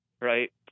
Right